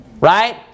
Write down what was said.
Right